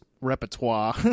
repertoire